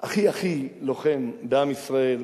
הכי-הכי לוחם בעם ישראל,